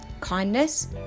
kindness